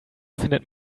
findet